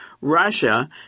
Russia